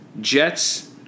Jets